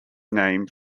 name